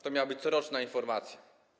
To miała być coroczna informacja.